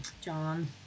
John